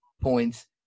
points